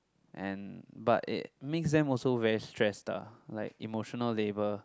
and but it makes them also very stressed like emotional labour